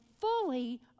fully